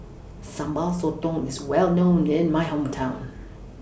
Sambal Sotong IS Well known in My Hometown